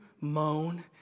moan